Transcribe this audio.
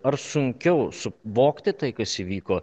ar sunkiau suvokti tai kas įvyko